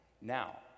Now